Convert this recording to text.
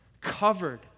covered